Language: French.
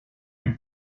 lui